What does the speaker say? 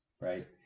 right